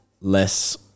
less